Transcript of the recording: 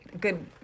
good